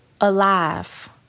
alive